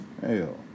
Hell